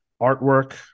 artwork